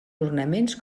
ornaments